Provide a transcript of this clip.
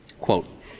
quote